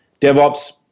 devops